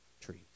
trees